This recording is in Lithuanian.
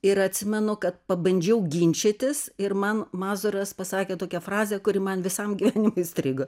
ir atsimenu kad pabandžiau ginčytis ir man mazūras pasakė tokią frazę kuri man visam gyvenimui įstrigo